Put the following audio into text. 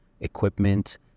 equipment